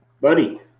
Buddy